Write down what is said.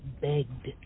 begged